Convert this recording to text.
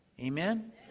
Amen